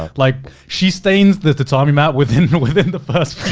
ah like she stains the tatami mat within within the first